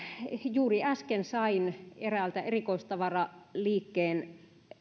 juuri äsken sain eräältä erikoistavaraliikkeen